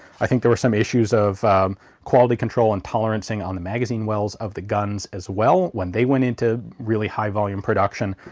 i think there were some issues of quality control and tolerancing on the magazine wells of the guns as well when they went into really high volume production.